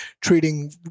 treating